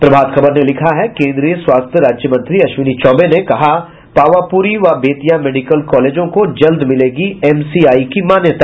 प्रभात खबर ने लिखा है केंद्रीय स्वास्थ्य राज्यमंत्री अश्विनी चौबे ने कहा पावापुरी व बेतिया मेडिकल कॉलेजों को जल्द मिलेगी एमसीआई की मान्यता